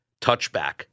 Touchback